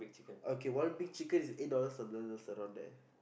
okay one big chicken is eight dollars ten dollars around there